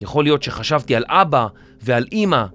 יכול להיות שחשבתי על אבא ועל אמא